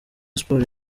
sports